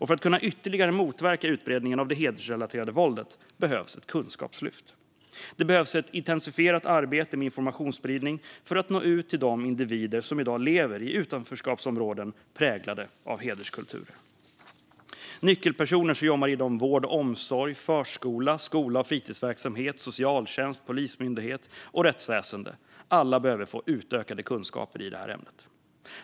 För att ytterligare kunna motverka utbredningen av det hedersrelaterade våldet behövs ett kunskapslyft. Det behövs ett intensifierat arbete med informationsspridning för att nå ut till de individer som i dag lever i utanförskapsområden präglade av hederskultur. Nyckelpersoner som jobbar inom vård och omsorg, förskola, skola och fritidsverksamhet, socialtjänst, Polismyndigheten och rättsväsendet behöver få utökade kunskaper i detta ämne.